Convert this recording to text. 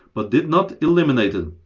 but did not eliminate them.